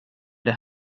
det